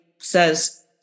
says